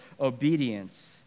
obedience